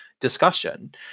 discussion